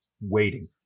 waiting